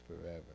forever